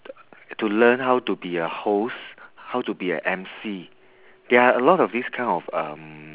to learn how to be a host how to be a emcee there are a lot of these kind of um